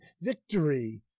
victory